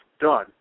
done